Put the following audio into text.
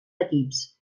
equips